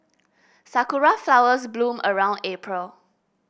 sakura flowers bloom around April